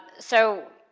so,